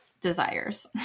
desires